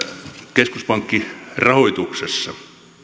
keskuspankkirahoituksessa